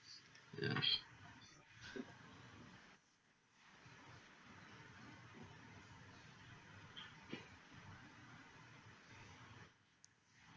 ya